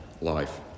Life